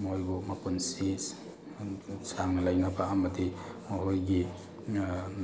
ꯃꯣꯏꯕꯨ ꯃꯄꯨꯟꯁꯤ ꯁꯥꯡꯅ ꯂꯩꯅꯕ ꯑꯃꯗꯤ ꯃꯈꯣꯏꯒꯤ